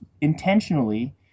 intentionally